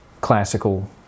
classical